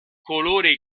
colore